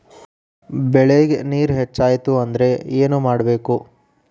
ಬೆಳೇಗ್ ನೇರ ಹೆಚ್ಚಾಯ್ತು ಅಂದ್ರೆ ಏನು ಮಾಡಬೇಕು?